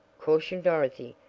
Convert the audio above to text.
cautioned dorothy.